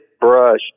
brush